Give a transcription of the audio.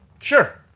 Sure